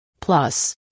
Plus